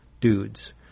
dudes